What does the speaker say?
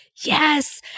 yes